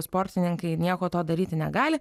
sportininkai nieko to daryti negali